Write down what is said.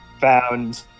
found